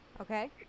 okay